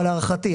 אבל להערכתי,